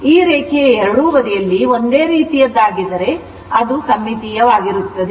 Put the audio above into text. ಈ ರೇಖೆಯ ಎರಡೂ ಬದಿ ಯಲ್ಲಿ ಒಂದೇ ರೀತಿಯದ್ದಾಗಿದ್ದರೆ ಅದು ಸಮ್ಮಿತೀಯವಾಗಿರುತ್ತದೆ